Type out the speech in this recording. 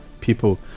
people